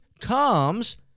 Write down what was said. comes